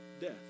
death